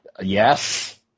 Yes